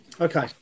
Okay